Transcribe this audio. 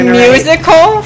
musical